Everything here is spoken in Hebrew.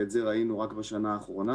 ואת זה ראינו רק בשנה האחרונה.